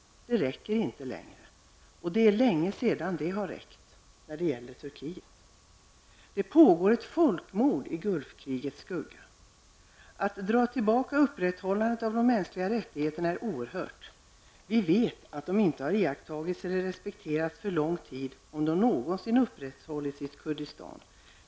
Det räcker inte längre, och det är länge sedan det räckte i Turkiets fall. Det pågår ett folkmord i Gulfkrigets skugga. Att dra tillbaka upprätthållandet av de mänskliga rättigheterna är oerhört. Vi vet att de inte har iakttagits eller respekterats under lång tid, om de någonsin har upprätthållits i Kurdistan.